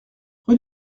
rue